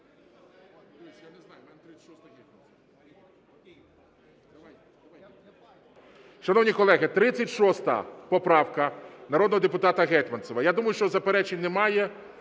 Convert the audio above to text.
Шановні колеги, 36 поправка народного депутата Гетманцева. Я думаю, що заперечень немає,